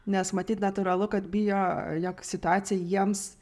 nes matyt natūralu kad bijo jog situacija jiems